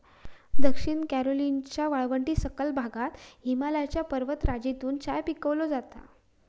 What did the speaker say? दक्षिण कॅरोलिनाच्या वाळवंटी सखल भागात हिमालयाच्या पर्वतराजीतून चाय पिकवलो जाता